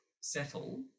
settle